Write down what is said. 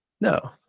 no